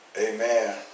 Amen